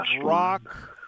Rock